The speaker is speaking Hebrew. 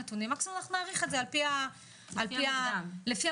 אם לא נאריך את זה לפי המוקדם.